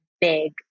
big